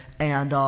and, um,